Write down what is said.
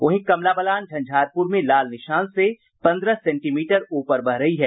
वहीं कमला बलान झंझारपुर में लाल निशान से पंद्रह सेंटीमीटर ऊपर बह रही है